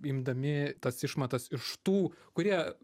imdami tas išmatas iš tų kurie